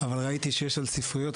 אבל ראיתי שיש על ספריות,